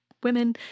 Women